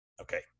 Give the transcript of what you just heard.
Okay